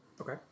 Okay